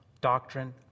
doctrine